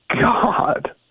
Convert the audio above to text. God